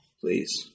please